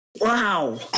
wow